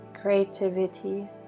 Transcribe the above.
creativity